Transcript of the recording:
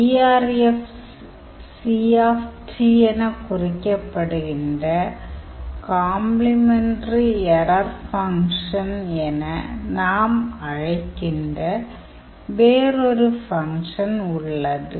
erfc என குறிக்கப்படுகின்ற complementary error function என நாம் அழைக்கின்ற வேறொரு ஃபங்க்ஷன் உள்ளது